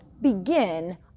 begin